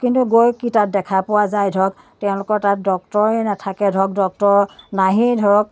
কিন্তু গৈ কি তাত দেখা পোৱা যায় ধৰক তেওঁলোকৰ তাত ডক্টৰেই নাথাকে ধৰক ডক্টৰ নাহেই ধৰক